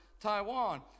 Taiwan